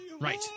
Right